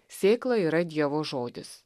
sėkla yra dievo žodis